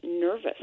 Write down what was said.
nervous